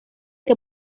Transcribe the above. que